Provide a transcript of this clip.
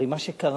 הרי מה שקרה,